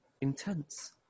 intense